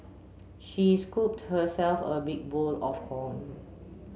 she scooped herself a big bowl of corn